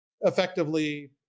effectively